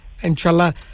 inshallah